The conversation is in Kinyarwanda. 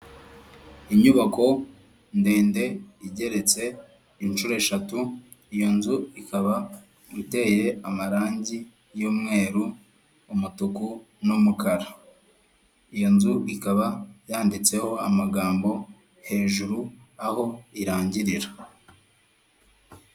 Inyubako ndende igeretse inshuro eshatu iyo nzu ikaba iteye amarangi y'umweru umutuku n'umukara iyo nzu ikaba yanditseho amagambo hejuru aho irangirira.